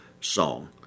song